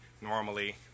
normally